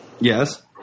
Yes